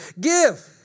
give